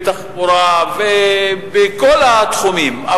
בתחבורה ובכל התחומים,